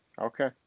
Okay